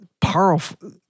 powerful